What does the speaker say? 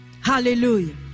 hallelujah